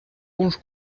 uns